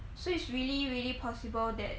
so it's really really possible that